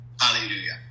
hallelujah